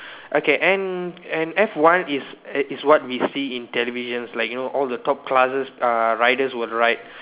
okay and and F one is is what we see in televisions like you know all the top classes uh riders will ride